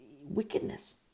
wickedness